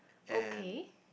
okay